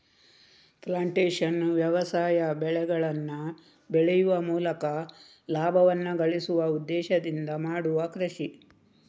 plantation ವ್ಯವಸಾಯ ಬೆಳೆಗಳನ್ನ ಬೆಳೆಯುವ ಮೂಲಕ ಲಾಭವನ್ನ ಗಳಿಸುವ ಉದ್ದೇಶದಿಂದ ಮಾಡುವ ಕೃಷಿ